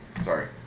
Sorry